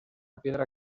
piedra